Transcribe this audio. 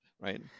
right